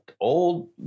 old